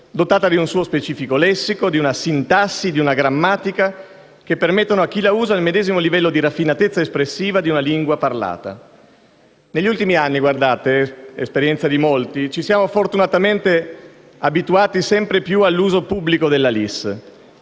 dotata di un suo specifico lessico, di una sintassi, di una grammatica, che permettono a chi la usa il medesimo livello di raffinatezza espressiva di una lingua parlata. Negli ultimi anni - è esperienza di molti - ci siamo fortunatamente abituati sempre più all'uso pubblico della LIS: